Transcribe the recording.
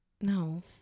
No